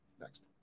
Next